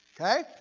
okay